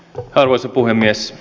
arvoisa puhemies